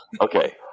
Okay